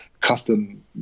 custom